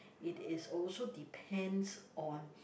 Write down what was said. it is also depends on